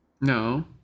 No